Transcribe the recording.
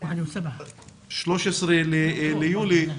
13 ביולי.